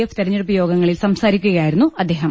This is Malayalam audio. എഫ് തെരെഞ്ഞെടുപ്പ് യോഗങ്ങളിൽ സംസാരിക്കുകയായിരുന്നു അദ്ദേഹം